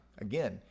again